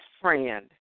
friend